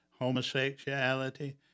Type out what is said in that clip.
Homosexuality